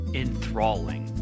enthralling